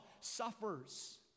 suffers